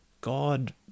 God